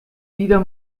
wieder